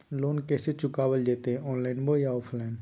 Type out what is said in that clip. Loan कैसे चुकाबल जयते ऑनलाइन बोया ऑफलाइन?